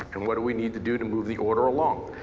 and what do we need to do to move the order along?